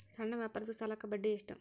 ಸಣ್ಣ ವ್ಯಾಪಾರದ ಸಾಲಕ್ಕೆ ಬಡ್ಡಿ ಎಷ್ಟು?